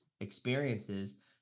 experiences